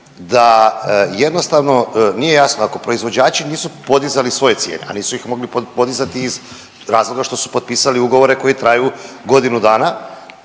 da jednostavno nije jasno ako proizvođači nisu podizali svoje cijene, a nisu ih mogli podizati iz razloga što su potpisali ugovore koji traju godinu dana,